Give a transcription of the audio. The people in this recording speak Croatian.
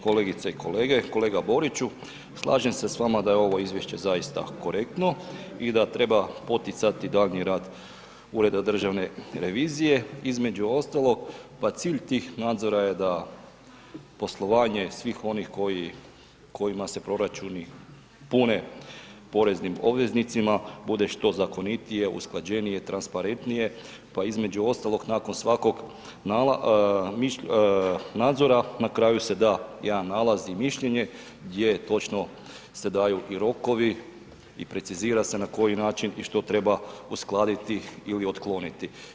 Kolegice i kolege, kolega Boriću, slažem se s vama da je ovo izvješće zaista korektno i da treba poticati daljnji rad Ureda državne revizije, između ostalog, pa cilj tih nadzora je da poslovanje svih onih kojima se proračuni pune poreznim obveznicima, bude što zakonitije, usklađenije, transparentnije, pa između ostalog, nakon svakog nadzora, na kraju se da jedan nalaz i mišljenje gdje točno se daju i rokovi i precizira se na koji način i što treba uskladiti ili otkloniti.